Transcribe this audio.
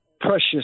precious